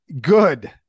good